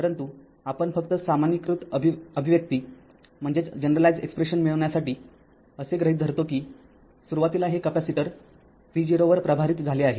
परंतुआपण फक्त सामान्यीकृत अभिव्यक्ती मिळवण्यासाठी असे गृहीत धरतो की सुरुवातीला हे कॅपेसिटर v0 वर प्रभारित झाले आहे